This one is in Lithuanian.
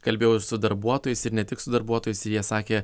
kalbėjau su darbuotojais ir ne tik su darbuotojais ir jie sakė